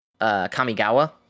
Kamigawa